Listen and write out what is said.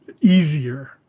easier